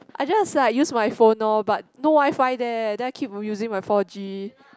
I just like use my phone lor but no Wi-Fi there then I keep using my four G